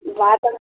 बात अब